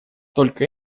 только